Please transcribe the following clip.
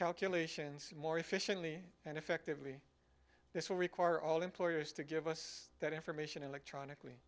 calculations more efficiently and effectively this will require all employers to give us that information electronically